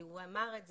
כי הוא אמר את זה,